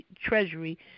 Treasury